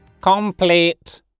Complete